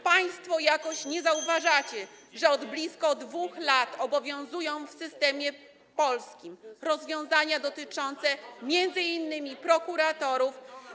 Państwo jakoś nie zauważacie, że od blisko 2 lat obowiązują w systemie polskim rozwiązania dotyczące m.in. prokuratorów.